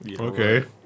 Okay